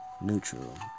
neutral